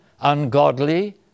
ungodly